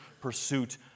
pursuit